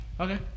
Okay